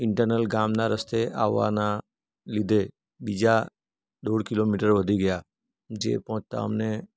internal ગામના રસ્તે આવવાના લીધે બીજા દોઢ કિલોમીટર વધી ગયાં જે પહોંચતા અમને